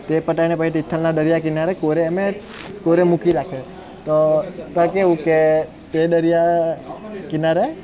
તે પતાઈને પછી તિથલના દરિયા કિનારે કોરે અમે કોરે મૂકી રાખ્યો તો તા કેવું કે તે દરિયા કિનારે